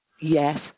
Yes